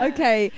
Okay